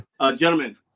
Gentlemen